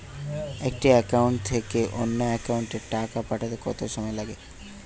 একটি একাউন্ট থেকে অন্য একাউন্টে টাকা পাঠাতে কত সময় লাগে?